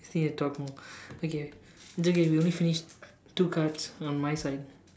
so you've to talk more okay it's okay we only finished two cards on my side